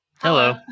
Hello